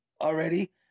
already